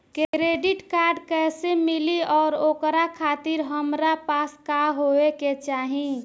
Credit card कैसे मिली और ओकरा खातिर हमरा पास का होए के चाहि?